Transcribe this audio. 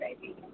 baby